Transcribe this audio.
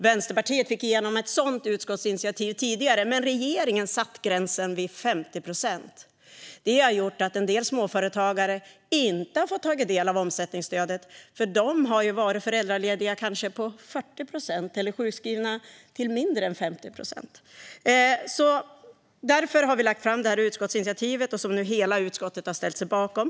Vänsterpartiet fick igenom ett sådant utskottsinitiativ tidigare, men regeringen satte gränsen vid 50 procent. Det har gjort att en del småföretagare inte fått ta del av omsättningsstödet eftersom de kanske varit föräldralediga till 40 procent eller sjukskrivna till mindre än 50 procent. Därför har vi lagt fram det här utskottsinitiativet, som nu hela utskottet har ställt sig bakom.